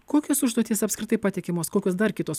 kokios užduotys apskritai patikimos kokios dar kitos